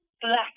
black